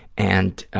and